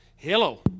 Hello